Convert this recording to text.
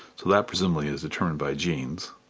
so that presumably it is determined by genes.